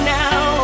now